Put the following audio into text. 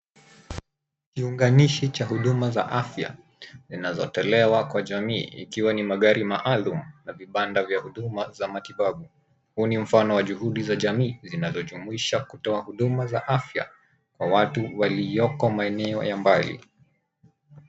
Kiunganishi cha huduma za afya zinazotolewa kwa jamii ikiwa ni magari maalumu na vibanda vya huduma za matibabu. Huu ni mfano wa juhudu za jamii, zinazojumuisha kutoa huduma za afya kwa watu walioko maeneo ya mbali.